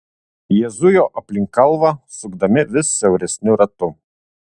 jie zujo aplink kalvą sukdami vis siauresniu ratu